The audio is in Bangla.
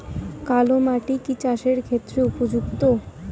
কালো মাটি কি চাষের ক্ষেত্রে উপযুক্ত?